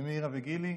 למאירה וגילי,